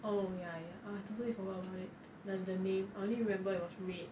oh ya ya I totally forgot about it the the name I only remember it was red